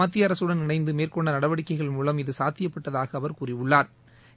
மத்திய அரசுடன் இணைந்து மேற்கொண்ட நடவடிக்கைகள் மூலம் இது சாத்தியப்பட்டதாக கூறினா்